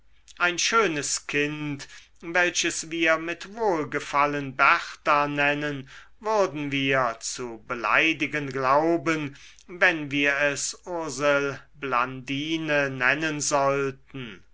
ein schönes kind welches wir mit wohlgefallen berta nennen würden wir zu beleidigen glauben wenn wir es urselblandine nennen sollten